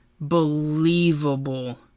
believable